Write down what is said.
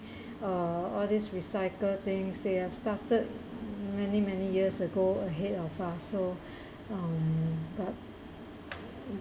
uh all this recycle things they have started many many years ago ahead of us so um but